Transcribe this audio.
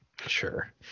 Sure